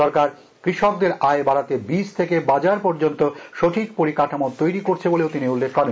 সরকার কৃষকদের আয় বাড়াতে বীজ থেকে বাজার পর্যন্ত সঠিক পরিকাঠামো তৈরী করছে বলেও তিনি উল্লেখ করেন